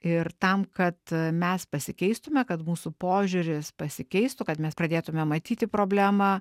ir tam kad mes pasikeistume kad mūsų požiūris pasikeistų kad mes pradėtume matyti problemą